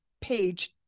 page